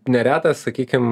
neretas sakykim